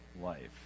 life